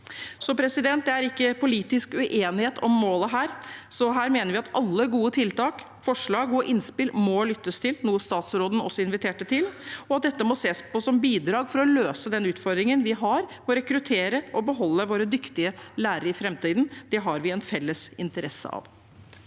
læringsmiljø. Det er ikke politisk uenighet om målet her, så her mener vi at alle gode tiltak, forslag og innspill må lyttes til – noe statsråden også inviterte til – og at dette må ses på som bidrag til å løse den utfordringen vi har med å rekruttere og beholde våre dyktige lærere i framtiden. Det har vi en felles interesse av.